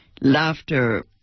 laughter